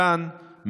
אין לזה ביטוי בשטח.